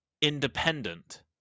Independent